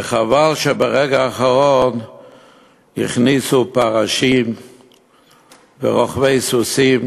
וחבל שברגע האחרון הכניסו פרשים ורוכבי סוסים